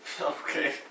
Okay